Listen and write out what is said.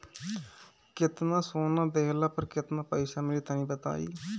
केतना सोना देहला पर केतना पईसा मिली तनि बताई?